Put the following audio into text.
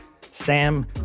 Sam